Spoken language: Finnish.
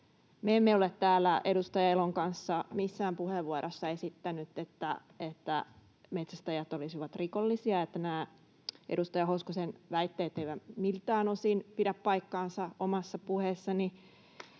täällä edustaja Elon kanssa missään puheenvuorossa esittäneet, että metsästäjät olisivat rikollisia, joten nämä edustaja Hoskosen väitteet eivät miltään osin pidä paikkaansa. Omassa puheessani